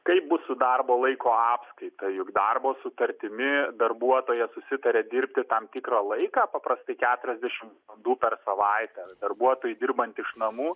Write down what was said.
kaip bus su darbo laiko apskaita juk darbo sutartimi darbuotojas susitarė dirbti tam tikrą laiką paprastai keturiasdešimt valandų per savaitę darbuotojui dirbant iš namų